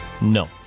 No